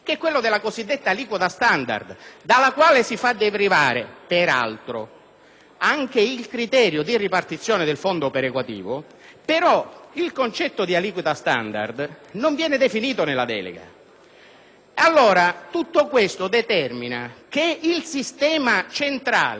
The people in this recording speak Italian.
anche il criterio di ripartizione del fondo perequativo; tuttavia il concetto di aliquota standard non viene definito nella delega. Allora, tutto ciò fa sì che il sistema centrale attraverso cui si definisce il riparto delle risorse,